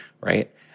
right